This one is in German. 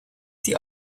sie